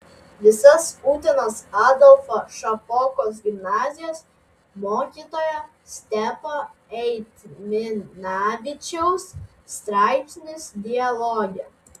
visas utenos adolfo šapokos gimnazijos mokytojo stepo eitminavičiaus straipsnis dialoge